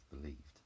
believed